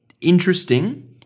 Interesting